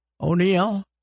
O'Neill